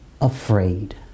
afraid